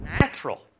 natural